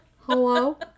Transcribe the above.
Hello